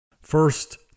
first